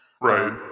Right